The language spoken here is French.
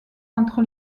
entre